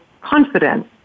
confident